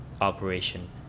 operation